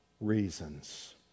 reasons